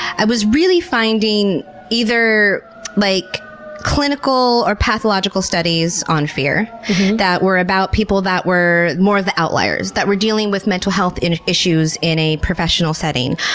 i was really finding either like clinical or pathological studies on fear that were about people that were more of the outliers that were dealing with mental health issues in a professional setting,